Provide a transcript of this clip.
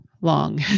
long